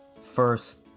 first